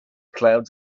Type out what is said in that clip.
clouds